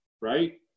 right